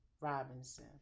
Robinson